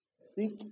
Seek